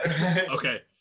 Okay